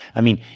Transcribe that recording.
i mean,